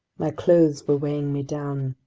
my clothes were weighing me down.